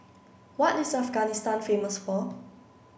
what is Afghanistan famous for